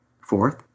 Fourth